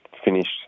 finished